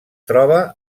troba